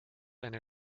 eine